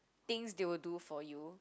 things they will do for you